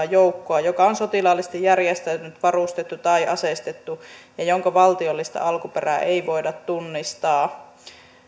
joukkoa joka on sotilaallisesti järjestäytynyt varustettu tai aseistettu ja jonka valtiollista alkuperää ei voida tunnistaa